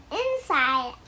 inside